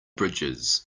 bridges